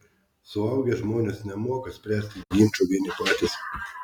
suaugę žmonės nemoka spręsti ginčų vieni patys